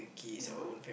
ya